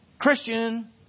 Christian